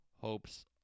hopes